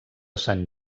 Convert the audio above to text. sant